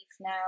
now